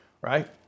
right